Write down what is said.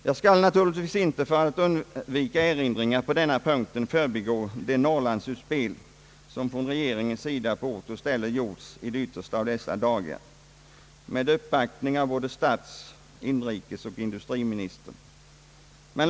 Jag skall naturligtvis inte, för att undvika erinringar på denna punkt, förbigå det Norrlandsutspel som från regeringens sida gjorts på ort och ställe i de yttersta av dessa dagar med uppvakt ning av både stats-, inrikesoch industriministrarna.